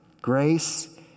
Grace